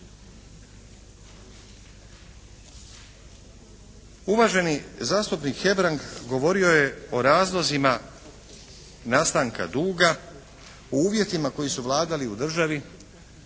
Uvaženi zastupnik Hebrang govorio je o razlozima nastanka duga u uvjetima koji su vladali u državi